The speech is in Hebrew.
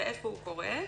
ואיפה הוא קורה?